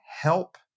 help